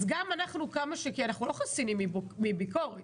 אז גם אנחנו, ואנחנו לא חסינים מביקורת